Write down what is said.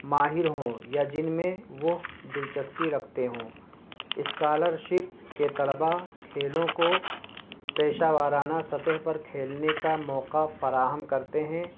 ماہر ہوں یا جن میں وہ دلچسپی رکھتے ہوں اسکالرشپ کے طلباء کھیلوں کو پیشہ ورانہ سطح پر کھیلنے کا موقع فراہم کرتے ہیں